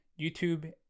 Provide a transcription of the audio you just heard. youtube